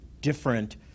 different